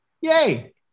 Yay